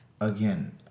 Again